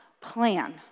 plan